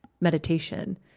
meditation